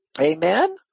Amen